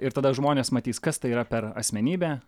ir tada žmonės matys kas tai yra per asmenybė